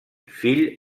fill